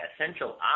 essential